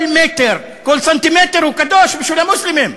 כל מטר, כל סנטימטר הוא קדוש בשביל המוסלמים.